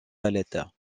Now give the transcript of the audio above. valette